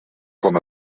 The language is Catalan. com